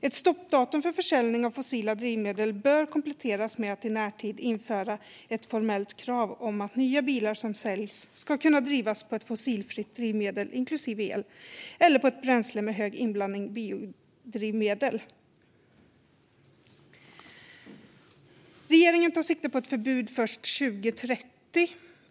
Ett stoppdatum för försäljning av fossila drivmedel bör kompletteras med att i närtid införa ett formellt krav på att nya bilar som säljs ska kunna drivas med ett fossilfritt drivmedel, som även kan vara el, eller ett bränsle med hög inblandning av biodrivmedel. Regeringen tar sikte på ett förbud först 2030.